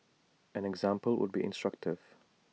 an example would be instructive